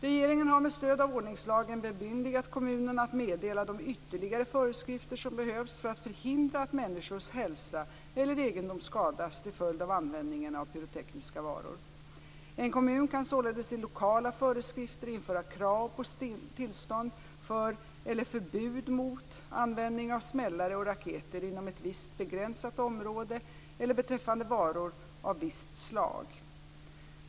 Regeringen har med stöd av ordningslagen bemyndigat kommunerna att meddela de ytterligare föreskrifter som behövs för att förhindra att människors hälsa eller egendom skadas till följd av användningen av pyrotekniska varor. En kommun kan således i lokala föreskrifter införa krav på tillstånd för eller förbud mot användningen av smällare och raketer inom ett visst begränsat område eller beträffande varor av visst slag.